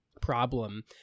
problem